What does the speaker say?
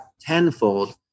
tenfold